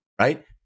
right